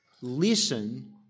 Listen